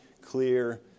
clear